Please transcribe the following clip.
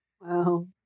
Wow